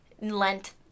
Lent